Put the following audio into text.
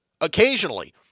occasionally